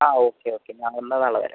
ആ okay okay എന്നാൽ നാളെ വരാം